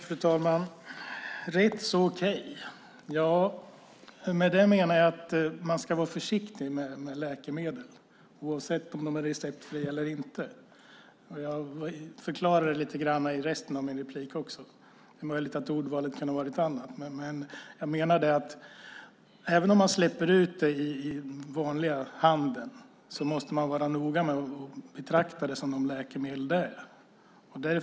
Fru talman! Med rätt så okej menar jag att man ska vara försiktig med läkemedel, oavsett om de är receptfria eller inte. Jag förklarade det vidare i mitt inlägg. Det är möjligt att ordvalet kunde ha varit ett annat. Jag menar att även om man släpper ut läkemedel i den vanliga handeln måste man vara noga med att betrakta dem som de läkemedel de är.